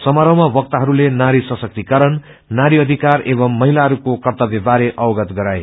समारोहमा वक्ताहरूले नारी सशक्तिकरण नारी अषिकार एवं महिलाहरूको कर्तव्य बारे अवगत गराए